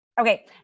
Okay